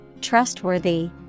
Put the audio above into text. trustworthy